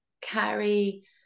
carry